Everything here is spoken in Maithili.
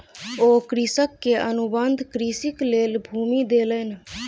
ओ कृषक के अनुबंध कृषिक लेल भूमि देलैन